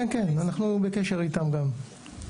כן, אנחנו בקשר אתם גם.